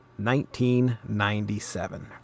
1997